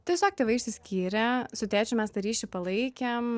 tiesiog tėvai išsiskyrė su tėčiu mes tą ryšį palaikėm